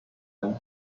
and